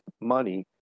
money